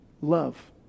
love